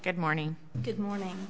good morning good morning